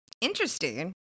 Interesting